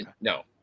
no